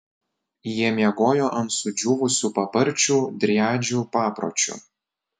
jie miegojo ant sudžiūvusių paparčių driadžių papročiu